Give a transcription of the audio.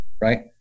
Right